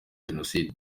jenoside